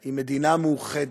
היא מדינה מאוחדת,